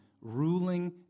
ruling